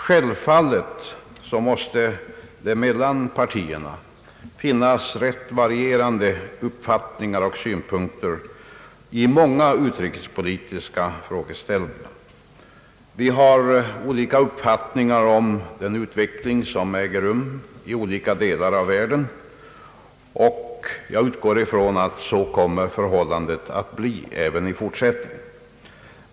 Självfallet måste det mellan partierna finnas rätt varierande uppfattningar och synpunkter i många utrikespolitiska frågor. Vi har olika uppfattningar om den utveckling som äger rum i skilda delar av världen, och jag utgår ifrån att så kommer förhållandet att bli även i fortsättningen.